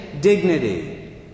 dignity